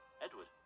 Edward